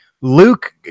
Luke